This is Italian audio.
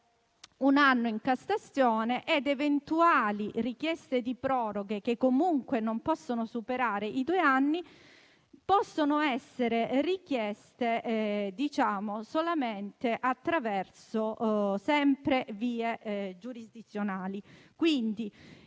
un anno in Cassazione. Eventuali richieste di proroghe, che comunque non possono superare i due anni, possono essere richieste solamente attraverso vie giurisdizionali. Quindi